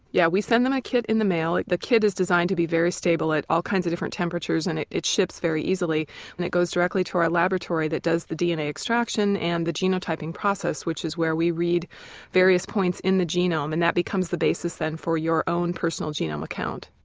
yeah we send them a kit in the mail, the kit is designed to be very stable at all kinds of different temperatures and it it ships very easily and it goes directly to our laboratory that does the dna extraction and the genotyping process which is where we read various points in the genome and that becomes the basis then for your own personal genome account.